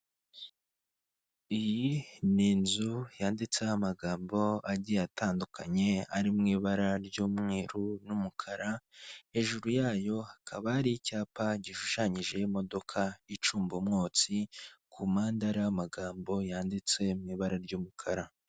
Iyi ni inzu yanditseho amagambo agiye atandukanye ari mu ibara ry'umweru n'umukara, hejuru yayo hakaba hari icyapa gishushanyijeho imodoka icumba umwotsi, ku mpande hariho amagambo yanditse mu ibara ry'umukara.